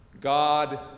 God